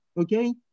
okay